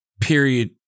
period